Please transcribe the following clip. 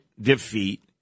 defeat